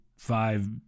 five